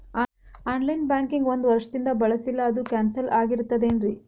On line banking ಒಂದ್ ವರ್ಷದಿಂದ ಬಳಸಿಲ್ಲ ಅದು ಕ್ಯಾನ್ಸಲ್ ಆಗಿರ್ತದೇನ್ರಿ?